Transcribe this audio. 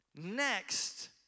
Next